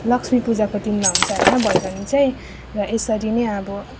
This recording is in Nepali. लक्ष्मीपूजाको दिनमा हुन्छ होइन भैलेनी चाहिँ र यसरी नै अब